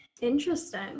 Interesting